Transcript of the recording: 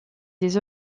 des